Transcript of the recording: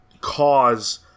cause